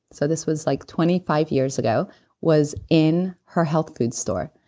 so this was like twenty five years ago was in her health food store,